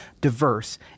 diverse